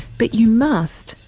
but you must,